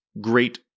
great